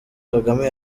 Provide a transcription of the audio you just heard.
kagame